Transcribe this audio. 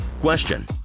Question